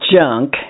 junk